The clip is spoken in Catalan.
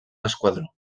esquadró